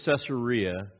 Caesarea